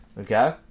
okay